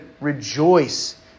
rejoice